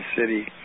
city